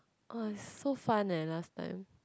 !wah! is so fun eh last time